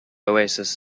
oasis